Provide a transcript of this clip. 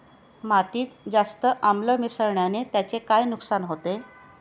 मातीत जास्त आम्ल मिसळण्याने त्याचे काय नुकसान होते?